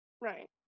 Right